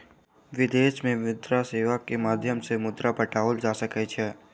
विदेश में मुद्रा सेवा के माध्यम सॅ मुद्रा पठाओल जा सकै छै